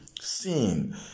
sin